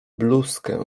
bluzkę